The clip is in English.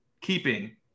keeping